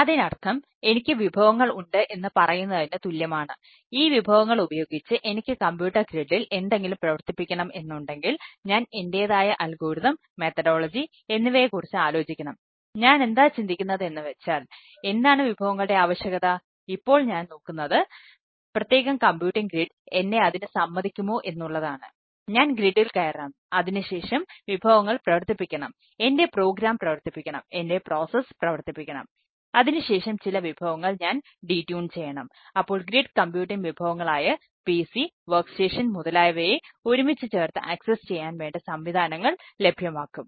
അതിനർത്ഥം എനിക്ക് വിഭവങ്ങൾ ഉണ്ട് എന്ന് പറയുന്നതിന് തുല്യമാണ് ഈ വിഭവങ്ങൾ ഉപയോഗിച്ച് എനിക്ക് കമ്പ്യൂട്ടർ ഗ്രിഡിൽ ചെയ്യാൻ വേണ്ട സംവിധാനങ്ങൾ ലഭ്യമാക്കും